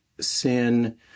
sin